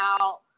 out